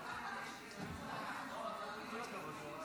אדוני.